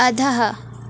अधः